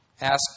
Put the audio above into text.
ask